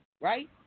right